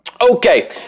Okay